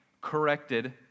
corrected